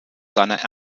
seiner